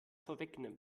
vorwegnimmt